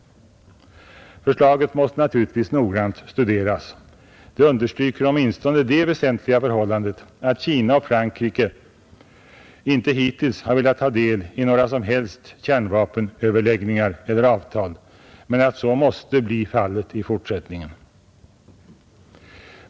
Förslaget måste naturligtvis noggrant studeras. Det understryker åtminstone det väsentliga förhållandet att Kina och Frankrike inte hittills har velat ta del i några som helst kärnvapenöverläggningar eller avtal men att så måste bli fallet i fortsättningen.